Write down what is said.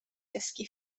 dysgu